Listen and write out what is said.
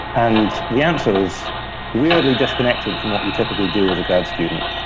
and the answer is weirdly disconnected from what you typically do as a grad student.